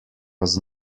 was